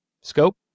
scope